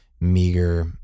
meager